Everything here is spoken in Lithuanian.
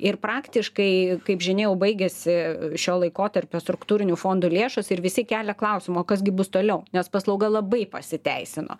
ir praktiškai kaip žinia jau baigiasi šio laikotarpio struktūrinių fondų lėšos ir visi kelia klausimą o kas gi bus toliau nes paslauga labai pasiteisino